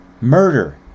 Murder